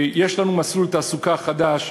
יש לנו מסלול תעסוקה חדש,